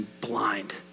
blind